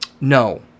no